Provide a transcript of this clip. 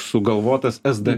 sugalvotas es de